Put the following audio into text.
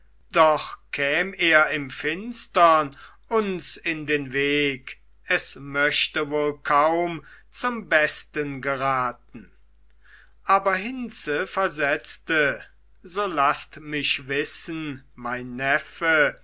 doch käm er im finstern uns in den weg es möchte wohl kaum zum besten geraten aber hinze versetzte so laßt mich wissen mein neffe